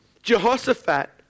Jehoshaphat